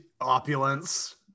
opulence